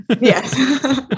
Yes